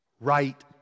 Right